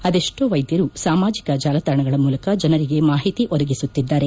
ಅದೆಷ್ಲೋ ವೈದ್ಯರು ಸಾಮಾಜಿಕ ಜಾಲತಾಣಗಳ ಮೂಲಕ ಜನರಿಗೆ ಮಾಹಿತಿ ಒದಗಿಸುತ್ತಿದ್ದಾರೆ